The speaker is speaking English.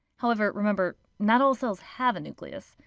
however, remember, not all cells have a nucleus.